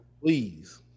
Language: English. Please